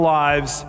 lives